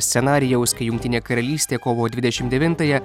scenarijaus kai jungtinė karalystė kovo dvidešimt devintąją